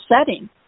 setting